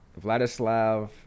Vladislav